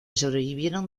sobrevivieron